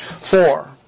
Four